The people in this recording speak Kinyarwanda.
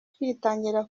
tugitangira